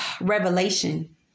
revelation